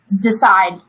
decide